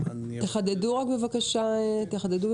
נא לחדד את הסוגיה.